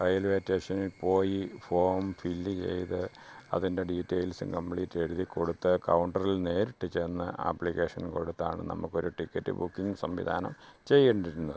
railway സ്റ്റേഷനിൽ പോയി form fill ചെയ്ത് അതിൻ്റെ ഡീറ്റെയിൽസ് കംപ്ലീറ്റ് എഴുതിക്കൊടുത്ത് കൗണ്ടറിൽ നേരിട്ട് ചെന്ന് ആപ്ലിക്കേഷൻ കൊടുത്താണ് നമ്മൾക്ക് ഒരു ടിക്കറ്റ് ബുക്കിംഗ് സംവിധാനം ചെയ്യേണ്ടിയിരുന്നത്